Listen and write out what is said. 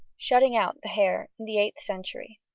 shutting out the hair, in the eighth century.